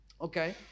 Okay